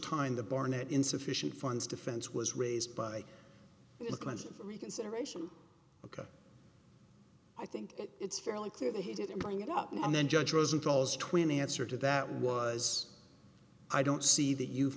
time the barnett insufficient funds defense was raised by the clinton reconsideration ok i think it's fairly clear that he didn't bring it up and then judge rosenthal's twinning answer to that was i don't see that you've